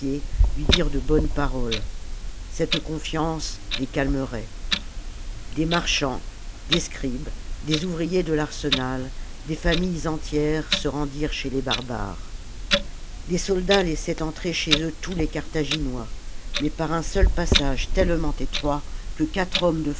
lui dire de bonnes paroles cette confiance les calmerait des marchands des scribes des ouvriers de l'arsenal des familles entières se rendirent chez les barbares les soldats laissaient entrer chez eux tous les carthaginois mais par un seul passage tellement étroit que quatre hommes de